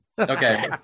Okay